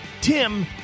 Tim